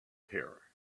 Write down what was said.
here